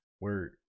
word